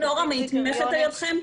האם נורה נתמכת על ידכם?